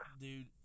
dude